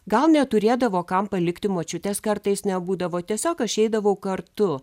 gal neturėdavo kam palikti močiutės kartais nebūdavo tiesiog aš eidavau kartu